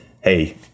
Hey